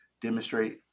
demonstrate